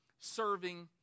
serving